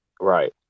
right